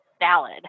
valid